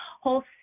whole